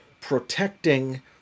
protecting